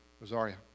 Rosaria